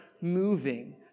moving